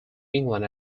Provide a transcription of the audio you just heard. england